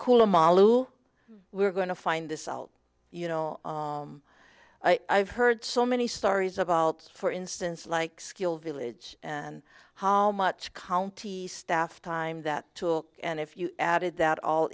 malo we're going to find this out you know i've heard so many stories about for instance like skill village and how much county staff time that tool and if you added that all